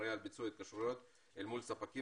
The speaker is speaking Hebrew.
אחראי על ביצוע התקשרויות אל מול ספקים